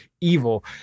evil